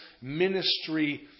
ministry